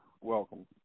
Welcome